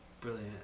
Brilliant